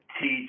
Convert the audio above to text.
teach